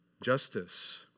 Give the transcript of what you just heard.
justice